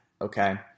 okay